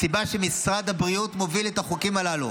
הסיבה שמשרד הבריאות מוביל את החוקים הללו,